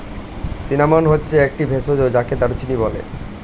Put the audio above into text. cinnamon হচ্ছে একটি ভেষজ যাকে দারুচিনি বলে